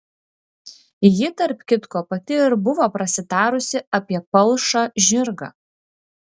ji tarp kitko pati ir buvo prasitarusi apie palšą žirgą